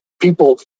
people